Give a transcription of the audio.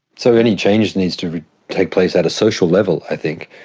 so any change needs to take place at a social level i think,